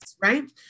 right